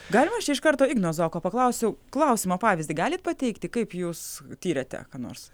galima aš čia iš karto igno zoko paklausiu klausimo pavyzdį galit pateikti kaip jūs tyrėte ką nors